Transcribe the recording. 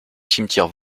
cimetière